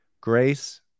Grace